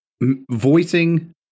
voicing